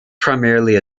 primarily